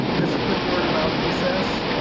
just a quick word about recess.